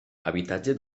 habitatge